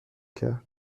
کرد